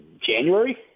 January